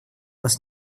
вас